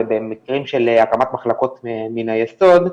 ובמקרים של הקמת מחלקות מן היסוד,